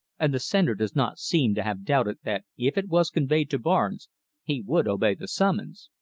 and the sender does not seem to have doubted that if it was conveyed to barnes he would obey the summons.